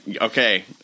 okay